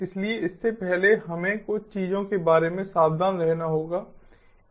इसलिए इससे पहले हमें कुछ चीजों के बारे में सावधान रहना होगा